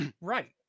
Right